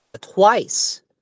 twice